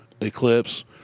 Eclipse